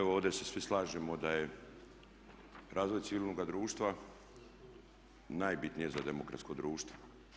Evo ovdje se svi slažemo da je razvoj civilnoga društva najbitnije za demokratsko društvo.